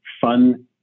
fun